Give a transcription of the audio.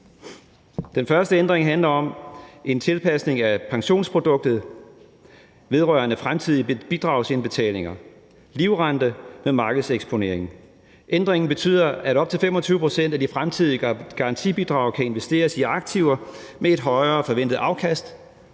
Den første ændring handler om en tilpasning af pensionsproduktet vedrørende fremtidige bidragsindbetalinger – livrente med markedseksponering. Ændringen betyder, at op til 25 pct. af de fremtidige garantibidrag kan investeres i aktiver med et højere forventet afkast,